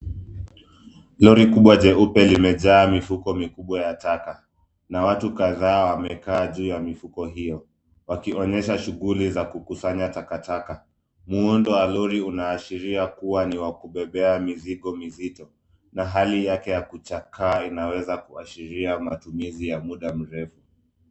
Lori kubwa jeupe limejaa mifuko mikubwa ya taka, na watu kadhaa wamekaa juu ya mifuko hiyo, wakionyesha shughuli za kukusanya takataka. Muundo wa lori unaashiria kuwa ni wa kubebea mizigo mizito, na hali yake ya kuchakaa inaweza kuashiria matumizi ya muda mrefu.